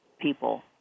people